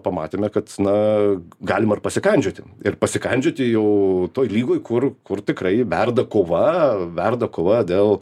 pamatėme kad na galima ir pasikandžioti ir pasikandžioti jau toj lygoj kur kur tikrai verda kova verda kova dėl